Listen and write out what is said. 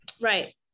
Right